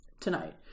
tonight